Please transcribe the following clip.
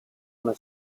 una